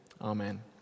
amen